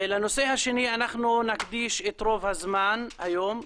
לנושא השני, אנחנו נקדיש את רוב הזמן היום,